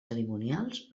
cerimonials